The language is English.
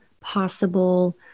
possible